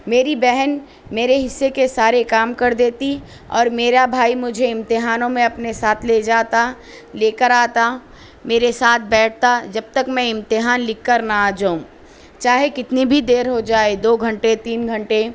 میری بہن میرے حصے کے سارے کام کر دیتی اور میرا بھائی مجھے امتحانوں میں اپنے ساتھ لے جاتا لے کر آتا میرے ساتھ بیٹھتا جب تک میں امتحان لکھ کر نہ آ جاؤں چاہے کتننی بھی دیر ہو جائے دو گھنٹے تین گھنٹے